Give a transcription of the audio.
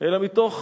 אלא מתוך